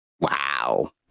Wow